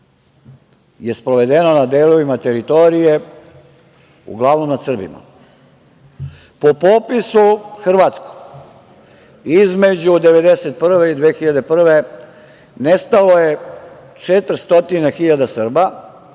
je sprovedeno na delovima teritorije, uglavnom nad Srbima. Po popisu hrvatskom, između 1991. i 2001. godine nestalo je 400 hiljada